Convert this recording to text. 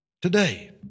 today